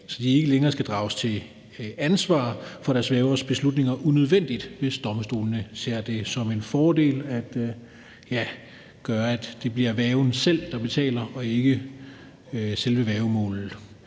så de ikke længere unødvendigt skal drages til ansvar for deres værgers beslutninger, hvis domstolene ser det som en fordel at gøre sådan, at det bliver værgen selv, der betaler, og ikke selve den,